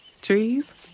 Trees